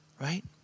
Right